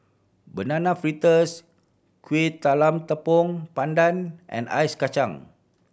Banana Fritters Kueh Talam Tepong Pandan and ice kacang